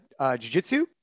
jujitsu